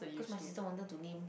cause my sister wanted to name